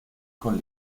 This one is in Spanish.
con